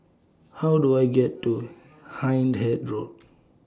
How Do I get to Hindhede Road